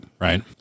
right